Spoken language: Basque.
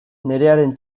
nerearen